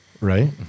right